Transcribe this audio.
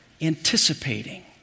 anticipating